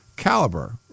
caliber